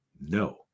No